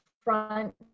front